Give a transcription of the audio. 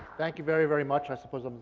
thank you very, very much. i suppose um